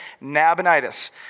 Nabonidus